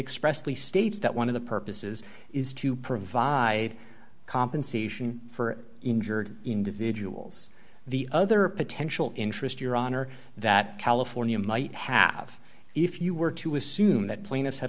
expressly states that one of the purposes is to provide compensation for injured individuals the other potential interest your honor that california might have if you were to assume that pla